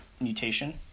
mutation